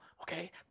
okay